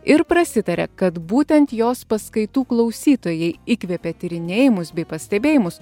ir prasitaria kad būtent jos paskaitų klausytojai įkvėpė tyrinėjimus bei pastebėjimus